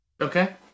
Okay